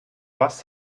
was